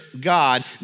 God